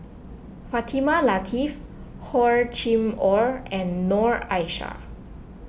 Fatimah Lateef Hor Chim or and Noor Aishah